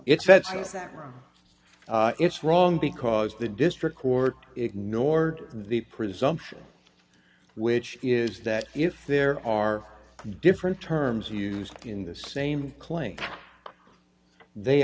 says that it's wrong because the district court ignored the presumption which is that if there are different terms used in the same claims they